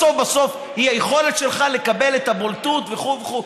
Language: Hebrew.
בסוף בסוף זו היכולת שלך לקבל את הבולטות וכו' וכו'.